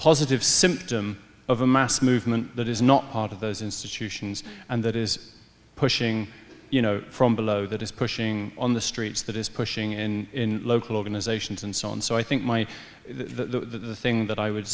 positive symptom of a mass movement that is not part of those institutions and that is pushing you know from below that is pushing on the streets that is pushing in local organizations and so on so i think my the thing that i would